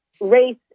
Race